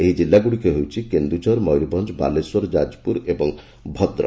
ଏହି ଜିଲ୍ଲାଗୁଡ଼ିକ ହେଉଛି କେନ୍ଦୁଝର ମୟୂରଭଞ୍ଞ ବାଲେଶ୍ୱର ଯାଜପୁର ଏବଂ ଭଦ୍ରକ